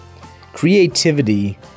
creativity